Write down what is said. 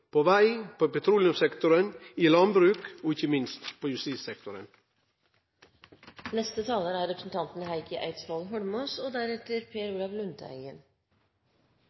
på veg, på petroleumssektoren, i landbruk og ikkje minst på justissektoren. Jeg er den første til å berømme – og